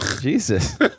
Jesus